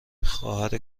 خواهر